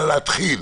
אלא להתחיל,